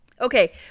Okay